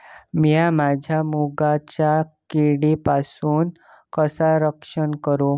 मीया माझ्या मुगाचा किडीपासून कसा रक्षण करू?